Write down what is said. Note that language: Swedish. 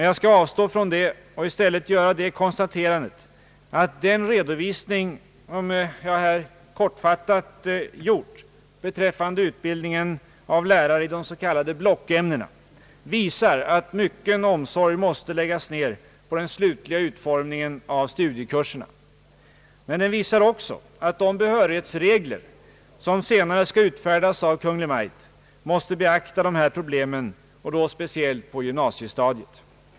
Jag skall avstå från detta och i stället göra konstaterandet att den redovisning som jag här kortfattat gjort beträffande utbildning av lärare i blockämnen visar att mycken omsorg måste läggas ned på den slutliga utformningen av studiekurserna. Den visar också att de behörighetsregler som senare skall utfärdas av Kungl. Maj:t måste beakta dessa probiem, speciellt på gymnasiestadiet.